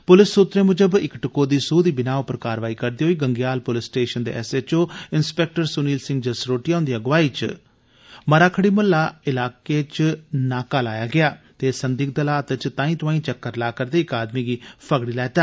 पुलस सूत्रे मुजब इक टकोहदी सुह दी बिनाह पर कारवाई करदे होई गंगेयाल पुलस स्टेशन दे एसएचओ इंस्पैक्टर सुनिल सिंह जसरोटियां हुन्दी अगुवाई च मराखड़ी मोहल्ला इलाकें च नाका लाया ते संदिगध हालात च तांई तोआंई चक्कर ला करदे इक आदमी गी फगड़ी लैता